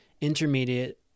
intermediate